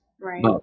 Right